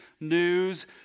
news